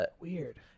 weird